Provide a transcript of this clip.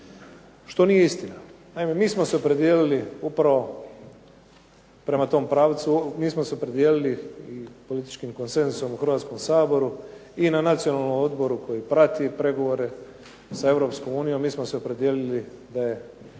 što nije istina. Naime, mi smo se opredijelili upravo prema tom pravcu. Mi smo se opredijelili i političkim konsenzusom u Hrvatskom saboru i na Nacionalnom odboru koji prati pregovore sa Europskom unijom. Mi smo se opredijelili da je